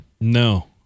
No